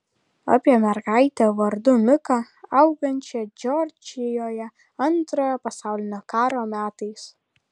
apie mergaitę vardu miką augančią džordžijoje antrojo pasaulinio karo metais